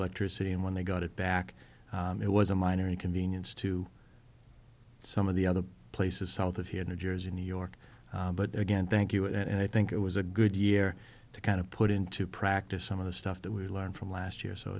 electricity and when they got it back it was a minor inconvenience to some of the other places south of here new jersey new york but again thank you and i think it was a good year to kind of put into practice some of the stuff that we learned from last year so